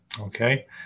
okay